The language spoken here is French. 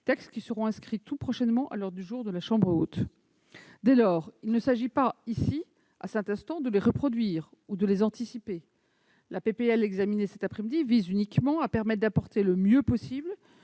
qui seront inscrits tout prochainement à l'ordre du jour de la chambre haute. Dès lors, il ne s'agit pas ici, à cet instant, de les reproduire ou de les anticiper. La proposition de loi examinée cet après-midi vise uniquement à apporter le mieux possible